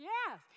Yes